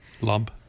lump